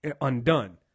undone